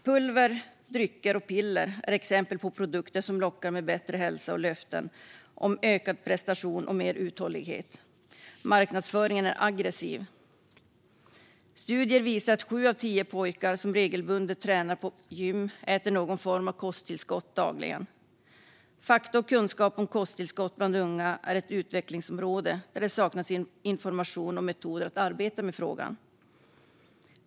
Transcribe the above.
Pulver, drycker och piller är exempel på produkter som lockar med bättre hälsa och löften om ökad prestation och mer uthållighet. Marknadsföringen är aggressiv. Studier visar att sju av tio pojkar som regelbundet tränar på gym äter någon form av kosttillskott dagligen. Fakta och kunskap om kosttillskott bland unga är ett utvecklingsområde där det saknas information och metoder att arbeta med frågan.